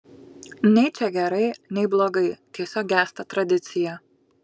nei čia gerai nei blogai tiesiog gęsta tradicija